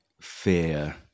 fear